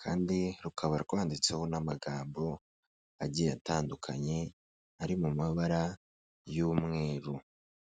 kandi rukaba rwanditseho n'amagambo agiye atandukanye, ari mu mabara y'umweru.